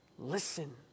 Listen